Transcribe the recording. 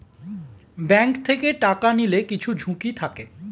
bank থেকে টাকা নিলে কিছু ঝুঁকি থাকে